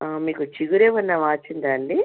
మీకు చిగురు ఏమైనా వాచిందా అండి